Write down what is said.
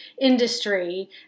industry